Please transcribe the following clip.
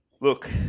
look